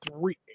three